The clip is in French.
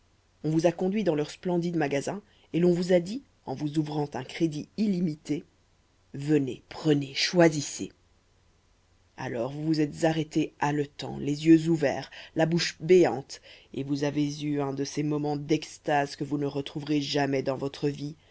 on vous a conduits dans leurs splendides magasins et l'on vous a dit en vous ouvrant un crédit illimité venez prenez choisissez alors vous vous êtes arrêtés haletants les yeux ouverts la bouche béante et vous avez eu un de ces moments d'extase que vous ne retrouverez jamais dans votre vie